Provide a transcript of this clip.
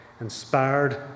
inspired